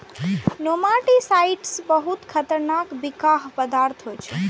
nematicides बहुत खतरनाक बिखाह पदार्थ होइ छै